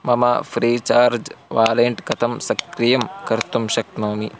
मम Freecharge wallet कथं सक्रियं कर्तुं शक्नोमि